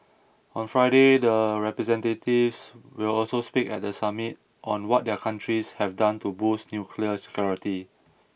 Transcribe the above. on Friday the representatives will also speak at the summit on what their countries have done to boost nuclear security